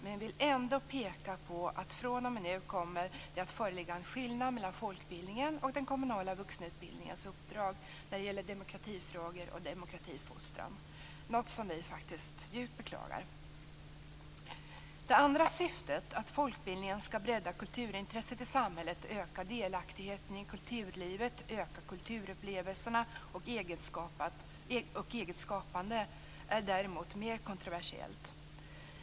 Men vi vill ändå peka på att från och med nu kommer det att föreligga en skillnad mellan folkbildningens och den kommunala vuxenutbildningens uppdrag när det gäller demokratifrågor och demokratifostran, något som vi djupt beklagar. Det andra syftet, att folkbildningen skall bredda kulturintresset i samhället, öka delaktigheten i kulturlivet, öka kulturupplevelserna och eget skapande, är däremot mer kontroversiellt.